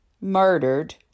murdered